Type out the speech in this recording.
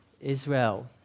Israel